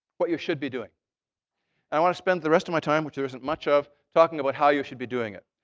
what you should be doing. and i want to spend the rest of my time, which there isn't much of, talking about how you should be doing it.